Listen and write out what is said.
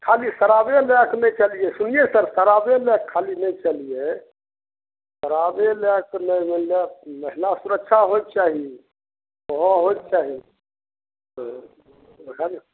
खाली शराबें लैके नहि चलिए सुनिए सर खाली शराबें लैके खाली नहि चलिए शराबे लैके नहि होलै महिला सुरक्षा होइके चाही हँ होइके चाही तऽ वएह ने